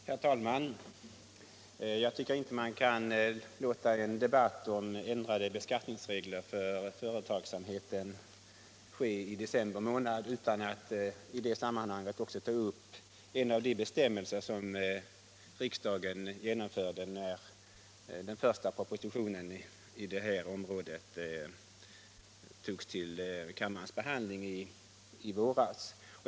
Herr talman! Jag tycker inte att man kan låta en debatt om ändrade beskattningsregler för företagsamheten föras i december månad utan att i det sammahanget också ta upp en av de bestämmelser som riksdagen genomförde när den första propositionen på det här området togs upp till kammarens behandling i våras.